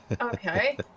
Okay